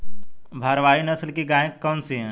भारवाही नस्ल की गायें कौन सी हैं?